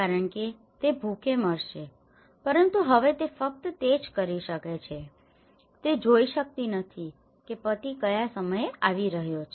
કારણ કે તે ભૂખે મરશે પરંતુ હવે તે ફક્ત તે જ કરી શકે છે તે જોઈ શકતી નથી કે પતિ કયા સમયે આવી રહ્યો છે